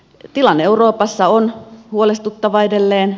tilanne euroopassa on huolestuttava edelleen